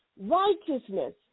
Righteousness